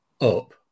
up